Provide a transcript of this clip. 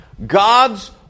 God's